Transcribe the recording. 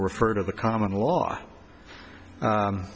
to refer to the common law